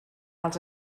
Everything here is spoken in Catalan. els